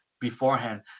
beforehand